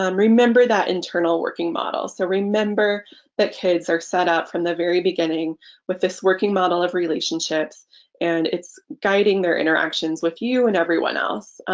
um remember that internal working model so remember that kids are set up from the very beginning with this working model of relationships and it's guiding their interactions with you and everyone else.